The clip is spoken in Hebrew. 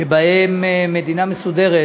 שבהם מדינה מסודרת